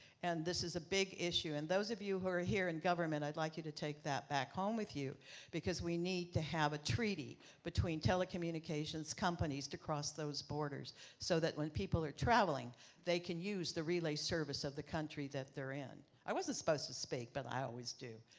and this is a big issue. and those of you who are ah here in government, i would like you to take that back home with you because we need to have a treaty between telecommunications companies to cross those borders so when people are traveling they can use the relay service of the country that they're in. i wasn't supposed to speak. but i always do.